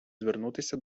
звернутися